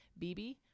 BB